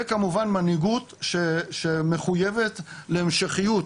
וכמובן, מנהיגות שמחויבת להמשכיות